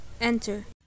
enter